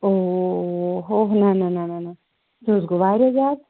او ہو نہ نہ نہ نہ نہ سُہ حظ گوٚو واریاہ زیادٕ